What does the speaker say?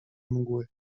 mgły